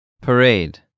Parade